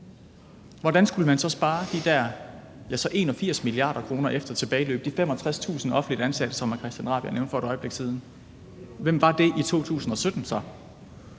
2017-præmisserne, spare de 81 mia. kr. efter tilbageløb – de 65.000 offentligt ansatte, som hr. Christian Rabjerg Madsen nævnte for et øjeblik siden? Hvem var det så i 2017?